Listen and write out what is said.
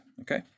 okay